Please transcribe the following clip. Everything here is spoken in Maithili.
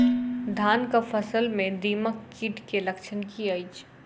धानक फसल मे दीमक कीट केँ लक्षण की अछि?